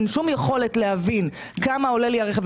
אין שום יכולת להבין כמה עולה לי הרכב,